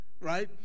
right